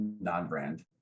non-brand